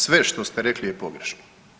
Sve što ste rekli je pogrešno.